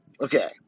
Okay